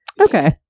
okay